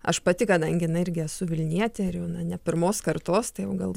aš pati kadangi irgi esu vilnietė ir jau na ne pirmos kartos tai jau gal